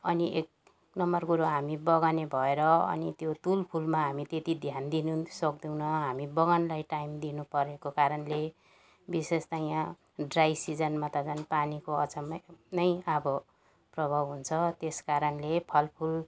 अनि एक नम्बर कुरो हामी बगाने भएर अनि त्यो तुलफुलमा हामी त्यति ध्यान दिनु नि सक्दैनौँ हामी बगानलाई टाइम दिनु परेको कारणले विशेष त यहाँ ड्राई सिजनमा त झन् पानीको अचम्मै नै अब प्रभाव हुन्छ त्यस कारणले फल फुल